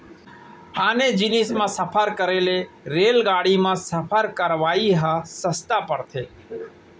आने जिनिस म सफर करे ले रेलगाड़ी म सफर करवाइ ह सस्ता परथे